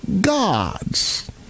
gods